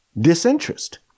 disinterest